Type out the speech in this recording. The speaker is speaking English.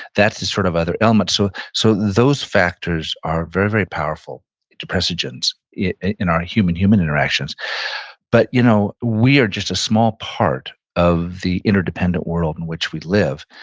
that's this sort of other ailment, so so those factors are very, very powerful depressogens in our human-human interactions but you know we are just a small part of the interdependent world in which we live,